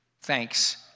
Thanks